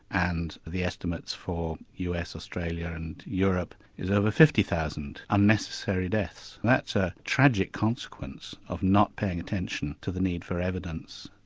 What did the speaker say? and the estimates for us, australia and europe is over fifty thousand unnecessary deaths and that's a tragic consequence of not paying attention to the need for evidence.